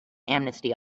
amnesty